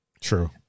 True